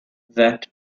that